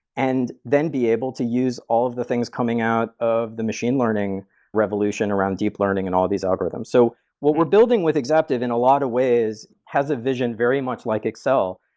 and then be able to use all of the things coming out of the machine leaning revolution around deep learning and all these algorithms. so what we're building with exaptive in a lot of ways has a vision very much like excel,